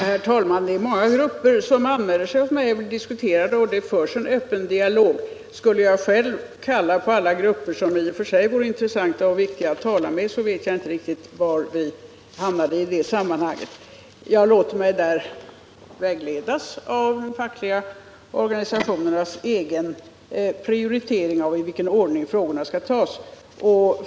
Herr talman! Det är många grupper som anmäler sig hos mig för att diskutera, och det förs en öppen dialog. Skulle jag själv kalla på alla grupper som i och för sig vore intressanta och viktiga att tala med vet jag inte riktigt var vi hamnade. Jag låter mig vägledas av de fackliga organisationernas egen prioritering av i vilken ordning frågorna skall tas.